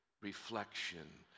reflection